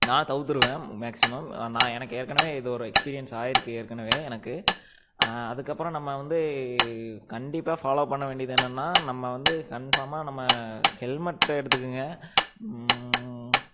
நான் தவுர்த்திருவேன் மேக்ஸிமம் நான் எனக்கு ஏற்கனவே இது ஒரு எக்ஸ்பீரியன்ஸ் ஆகிருக்கு ஏற்கனவே எனக்கு அதுக்கப்புறம் நம்ம வந்து கண்டிப்பாக ஃபாலோ பண்ண வேண்டியது என்னென்னா நம்ம வந்து கன்ஃபார்மாக நம்ம ஹெல்மெட்டு எடுத்துக்கோங்க